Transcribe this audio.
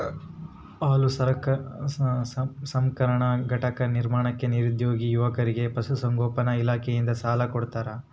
ಹಾಲು ಸಂಸ್ಕರಣಾ ಘಟಕ ನಿರ್ಮಾಣಕ್ಕೆ ನಿರುದ್ಯೋಗಿ ಯುವಕರಿಗೆ ಪಶುಸಂಗೋಪನಾ ಇಲಾಖೆಯಿಂದ ಸಾಲ ಕೊಡ್ತಾರ